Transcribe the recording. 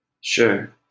sure